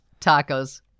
tacos